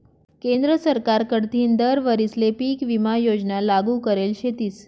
केंद्र सरकार कडथीन दर वरीसले पीक विमा योजना लागू करेल शेतीस